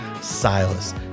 Silas